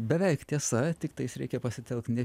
beveik tiesa tiktais reikia pasitelkt ne